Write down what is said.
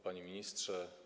Panie Ministrze!